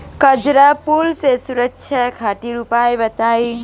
कजरा पिल्लू से सुरक्षा खातिर उपाय बताई?